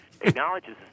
acknowledges